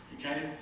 Okay